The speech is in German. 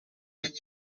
ist